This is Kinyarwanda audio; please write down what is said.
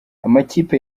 amakipe